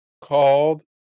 called